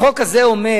החוק הזה אומר